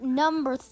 number